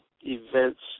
events